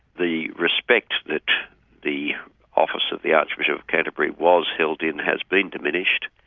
the respect that the office of the archbishop of canterbury was held in has been diminished.